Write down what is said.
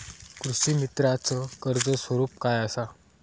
कृषीमित्राच कर्ज स्वरूप काय असा?